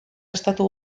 estatu